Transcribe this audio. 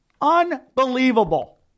Unbelievable